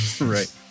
right